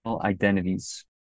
identities